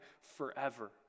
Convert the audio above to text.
forever